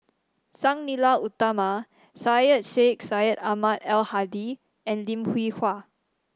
Sang Nila Utama Syed Sheikh Syed Ahmad Al Hadi and Lim Hwee Hua